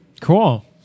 Cool